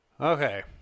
okay